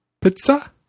Pizza